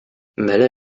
mala